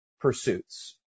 pursuits